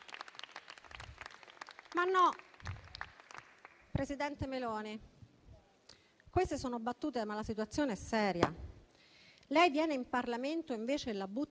Ma no, presidente Meloni. Queste sono battute, ma la situazione è seria. Lei viene in Parlamento, invece, e la butta